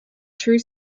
true